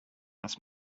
das